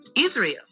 Israel